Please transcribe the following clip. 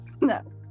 no